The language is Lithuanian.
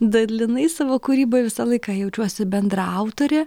dalinai savo kūryboj visą laiką jaučiuosi bendraautorė